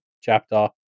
chapter